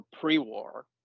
pre-war